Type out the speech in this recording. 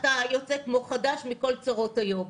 אתה יוצא כמו חדש מכל צרות היום.